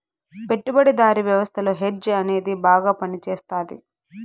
పెట్టుబడిదారీ వ్యవస్థలో హెడ్జ్ అనేది బాగా పనిచేస్తది